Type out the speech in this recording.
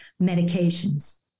medications